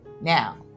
now